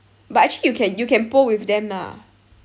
but actually you can you can poll with them lah